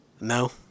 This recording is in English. No